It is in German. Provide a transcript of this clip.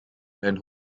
dein